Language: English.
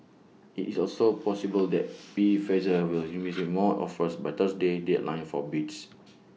IT is also possible that be Pfizer will receive more offers by Thursday's deadline for bids